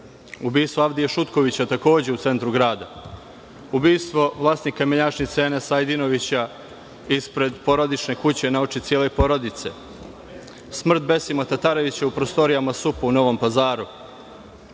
ubistvo Avdije Šutkovića, takođe u centru grada, ubistvo vlasnika menjačnice Enesa Ajdinovića, ispred porodične kuće, na oči cele porodice, smrt Besima Tatarevića u prostorijama SUP-a u Novom Pazaru.